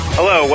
Hello